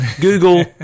Google